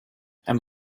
and